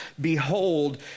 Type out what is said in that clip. behold